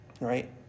right